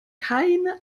keine